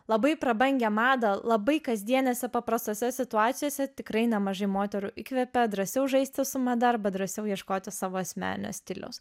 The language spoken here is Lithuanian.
labai prabangią madą labai kasdienėse paprastose situacijose tikrai nemažai moterų įkvepia drąsiau žaisti arba drąsiau ieškoti savo asmeninio stiliaus